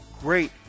great